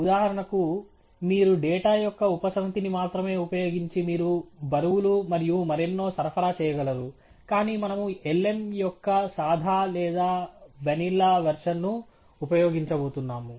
ఉదాహరణకు మీరు డేటా యొక్క ఉపసమితిని మాత్రమే ఉపయోగించి మీరు బరువులు మరియు మరెన్నో సరఫరా చేయగలరు కాని మనము lm యొక్క సాదా లేదా వనిల్లా వెర్షన్ను ఉపయోగించబోతున్నాము